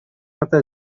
متى